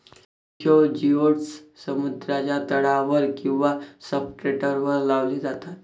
किशोर जिओड्स समुद्राच्या तळावर किंवा सब्सट्रेटवर लावले जातात